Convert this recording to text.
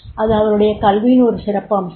அது அவருடைய கல்வியின் ஒரு சிறந்த அம்சம்